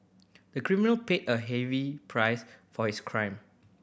the criminal paid a heavy price for his crime